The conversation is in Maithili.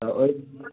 तऽ ओहि